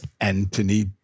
anthony